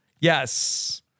Yes